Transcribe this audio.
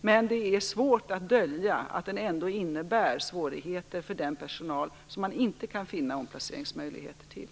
Men det är svårt att dölja att det ändå innebär svårigheter för den personal som man inte kan finna omplaceringsmöjligheter till.